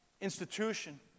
institution